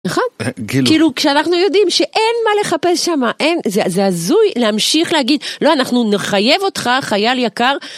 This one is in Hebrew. נכון? כאילו כשאנחנו יודעים שאין מה לחפש שם, זה הזוי להמשיך להגיד לא אנחנו נחייב אותך חייל יקר